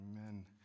Amen